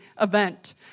event